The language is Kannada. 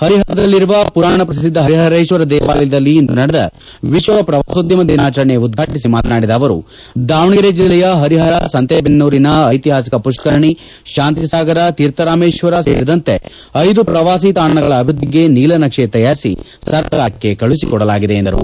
ಪರಿಪರದಲ್ಲಿರುವ ಪುರಾಣ ಪ್ರಸಿದ್ದ ಪರಿಪರೇಶ್ವರ ದೇವಾಲಯದಲ್ಲಿ ಇಂದು ನಡೆದ ವಿಶ್ವ ಪ್ರವಾಸೋದ್ದಮ ದಿನಾಚರಣೆ ಉದ್ಘಾಟಿಸಿ ಮಾತನಾಡಿದ ಅವರು ದಾವಣಗೆರೆ ಜಿಲ್ಲೆಯ ಪರಿಪರ ಸಂತೇಬೆನ್ನೂರಿನ ಐತಿಹಾಸಿಕ ಪುಷ್ತರಣಿ ಶಾಂತಿಸಾಗರ ತೀರ್ಥರಾಮೇಶ್ವರ ಸೇರಿದಂತೆ ಐದು ಪ್ರವಾಸಿ ತಾಣಗಳ ಅಭಿವೃದ್ದಿಗೆ ನೀಲನಕ್ಷೆ ತಯಾರಿಸಿ ಸರ್ಕಾರಕ್ಕೆ ಕಳಹಿಸಿಕೊಡಲಾಗಿದೆ ಎಂದರು